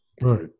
Right